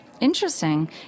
Interesting